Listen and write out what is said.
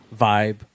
Vibe